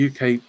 UK